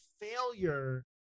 failure